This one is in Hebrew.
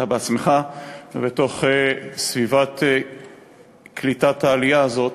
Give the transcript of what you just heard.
לתוך סביבת קליטת העלייה הזאת.